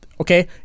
okay